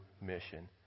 mission